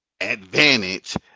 advantage